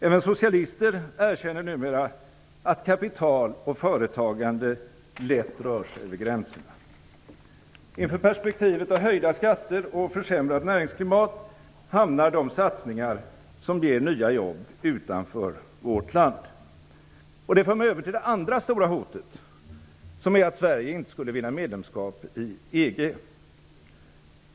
Även socialister erkänner numera att kapital och företagande lätt rör sig över gränserna. Inför perspektivet av höjda skatter och försämrat näringsklimat hamnar de satsningar som ger nya jobb utanför vårt land. Det för mig över till det andra stora hotet. Det är att Sverige inte skulle vinna medlemskap i EG.